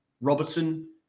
Robertson